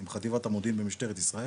עם חטיבת המודיעין במשטרת ישראל,